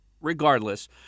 regardless